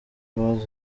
hazabaho